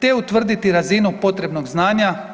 te utvrditi razinu potrebnog znanja.